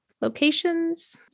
locations